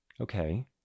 Okay